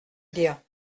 dire